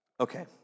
Okay